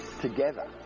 together